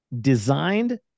designed